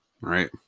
right